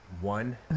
One